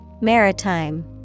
Maritime